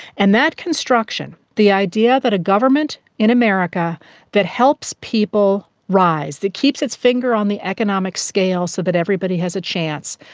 and that construction, the idea that a government in america that helps people rise, that keeps its finger on the economic scale so that everybody has a chance,